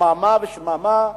שממה ושממה,